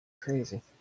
Crazy